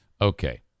Okay